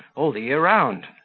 all the year round.